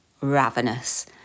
ravenous